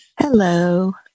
Hello